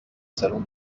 salon